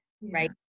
right